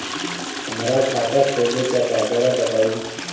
हमरा खाता खोले के बा जरा बताई